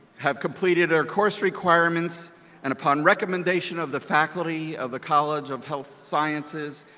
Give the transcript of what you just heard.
have completed their course requirements and upon recommendation of the faculty of the college of health sciences,